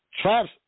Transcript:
Traps